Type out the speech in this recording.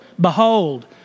behold